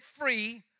free